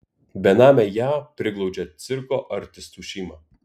benamę ją priglaudžia cirko artistų šeima